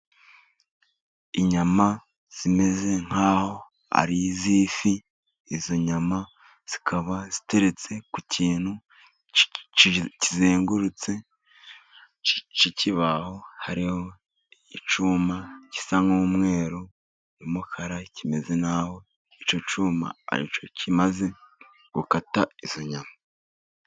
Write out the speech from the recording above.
Inyama zimeze nkaho ari iz'ifi. Izo nyama zikaba ziteretse ku kintu kizengurutse cy'ikibaho, hariho icyuma gisa n'umweru n'umukara, kimeze nk'aho icyo cyuma aricyo kimaze gukata izo nyama.